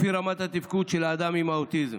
לפי רמת התפקוד של האדם עם האוטיזם.